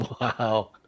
Wow